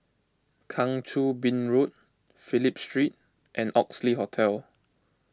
Kang Choo Bin Road Phillip Street and Oxley Hotel